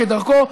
כדרכו,